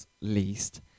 least